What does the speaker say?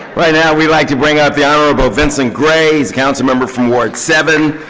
right now, we'd like to bring up the honorable vincent gray, councilmember from ward seven.